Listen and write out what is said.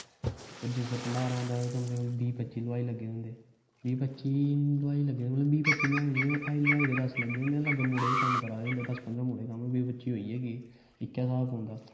जि सलै भण्डारा होंदा ते मतलव बीह् पच्ची हलवाई लग्गे दे होंदे बीह् पच्ची हलवाई लग्गे दे होंदे अग्गैं मुड़े बी कम्म लग्गे दे होंदे दस पंद्दरां मुड़े ते बाह् पच्ची होई गै गे इक्कै हिसाब पौंदा